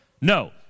No